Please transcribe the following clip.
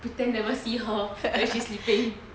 pretend never see her when she's sleeping